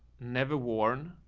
never worn